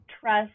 trust